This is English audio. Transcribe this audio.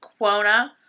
quona